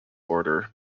order